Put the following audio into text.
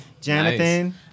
Jonathan